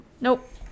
nope